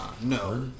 no